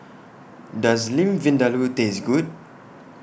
Does Lamb Vindaloo Taste Good